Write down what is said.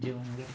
जेव म्हे